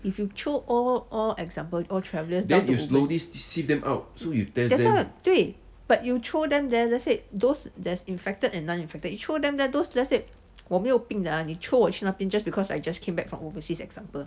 if you throw all all example all travellers down to ubin lthat's why 对 but you throw them there let's say those infected and uninfected you throw them there those let's say 我没有病的 ah you throw 我去那边 just because I just came back from overseas example